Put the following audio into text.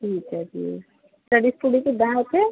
ਠੀਕ ਹੈ ਜੀ ਸਟੱਡੀ ਸਟੂਡੀ ਕਿੱਦਾਂ ਹੈ ਉੱਥੇ